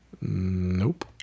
Nope